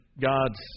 God's